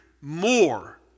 more